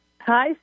Hi